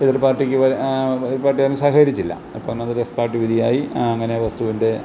എതിർ പാർട്ടിക്ക് എതിർ പാർട്ടി അതിന് സഹകരിച്ചില്ല അപ്പം അന്ന് അത് എക്സ് പാർട്ടി വിധിയായി അങ്ങനെ വസ്തുവിന്റെ